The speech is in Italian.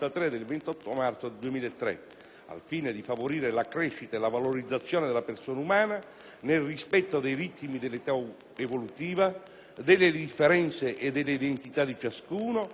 al fine di favorire la crescita e la valorizzazione della persona umana, nel rispetto dei ritmi dell'età evolutiva, delle differenze e dell'identità di ciascuno e delle scelte educative della famiglia,